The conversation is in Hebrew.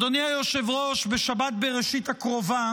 אדוני היושב-ראש, בשבת בראשית הקרובה